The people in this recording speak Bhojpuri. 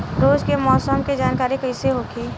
रोज के मौसम के जानकारी कइसे होखि?